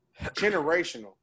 generational